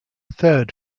third